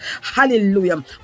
Hallelujah